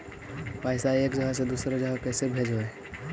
पैसा एक जगह से दुसरे जगह कैसे भेजवय?